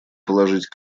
положить